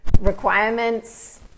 requirements